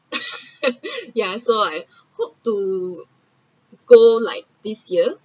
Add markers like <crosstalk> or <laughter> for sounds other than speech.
<laughs> ya so I hope to go like this year